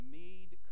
made